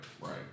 right